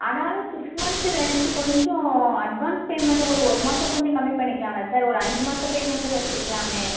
ஆனாலும் six months rent கொஞ்சம் advance payment ஒரு ஒரு மாதம் கொஞ்சம் கம்மி பண்ணிக்கலாம்ல சார் ஒரு அஞ்சு மாத பேமெண்டு வச்சிக்கலாமே